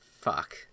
Fuck